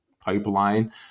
pipeline